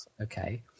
okay